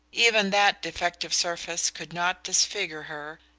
even that defective surface could not disfigure her,